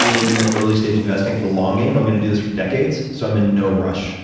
in early stage investing for the long game. i'm going to do this for decades, so i'm in no rush.